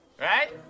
Right